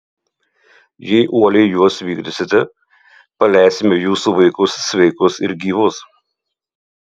jei uoliai juos vykdysite paleisime jūsų vaikus sveikus ir gyvus